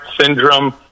syndrome